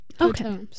Okay